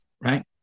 right